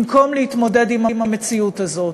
במקום להתמודד עם המציאות הזאת.